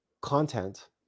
content